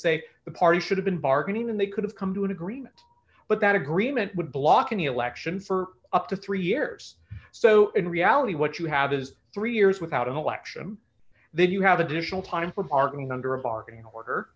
say the party should have been bargaining and they could have come to an agreement but that agreement would block any election for up to three years so in reality what you have is three years without an election then you have additional pond for parking under a parking order